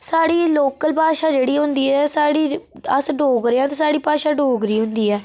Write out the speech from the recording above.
साढ़ी लोकल भाशा जेह्ड़ी होंदी ऐ साढ़ी अस डोगरे आं ते साढ़ी भाशा डोगरी होंदी ऐ